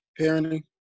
parenting